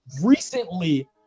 recently